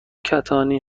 کتانی